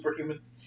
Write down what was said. superhumans